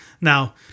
Now